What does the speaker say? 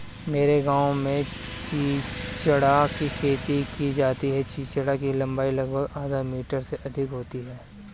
मेरे गांव में चिचिण्डा की खेती की जाती है चिचिण्डा की लंबाई लगभग आधा मीटर से अधिक होती है